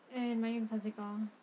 and my name is haziqah